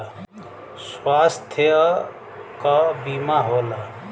स्वास्थ्य क बीमा होला